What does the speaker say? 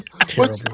Terrible